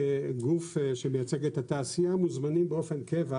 כגוף שמייצג את התעשייה מוזמנים באופן קבע